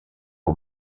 aux